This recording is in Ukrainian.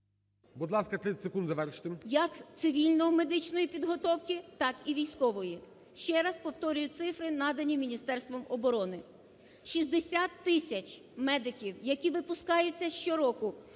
Будь ласка, 30 секунд завершити. ЛУЦЕНКО І.С. …як цивільної медичної підготовки, так і військової. Ще раз повторюю цифри, надані Міністерством оборони. 60 тисяч медиків, які випускаються щороку,